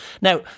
Now